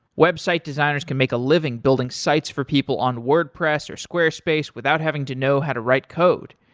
website designers can make a living building sites for people on wordpress or squarespace without having to know how to write code.